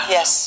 Yes